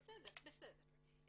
בסדר, בסדר.